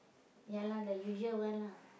yeah lah the usual one lah